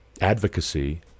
advocacy